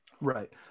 Right